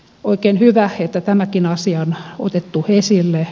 oikein hyvä että tämäkin asia on otettu esille